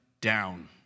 down